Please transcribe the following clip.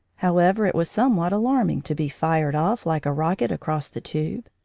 however, it was somewhat alarming to be fired off like a rocket across the tube.